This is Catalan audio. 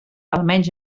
almenys